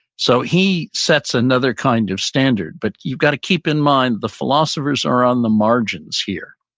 so he sets another kind of standard, but you've got to keep in mind the philosophers are on the margins here.